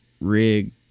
rig